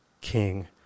king